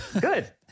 Good